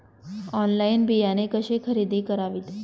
Online बियाणे कशी खरेदी करावीत?